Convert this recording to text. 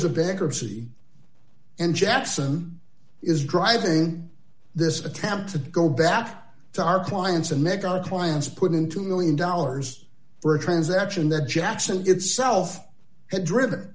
's a bankruptcy and jackson is driving this attempt to go back to our clients and make our clients put in two million dollars for a transaction that jackson itself had driven